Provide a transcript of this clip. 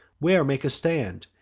where make a stand?